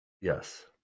yes